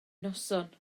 noson